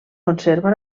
conserva